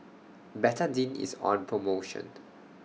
Betadine IS on promotion